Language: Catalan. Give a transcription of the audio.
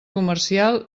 comercial